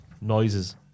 Noises